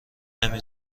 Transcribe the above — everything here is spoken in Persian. نمی